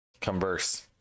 Converse